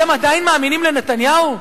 אתם עדיין מאמינים לנתניהו?